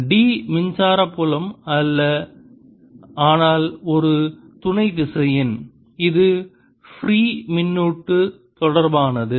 D மின்சார புலம் அல்ல ஆனால் ஒரு துணை திசையன் இது ஃப்ரீ மின்னூட்டு தொடர்பானது